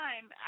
time